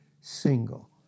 single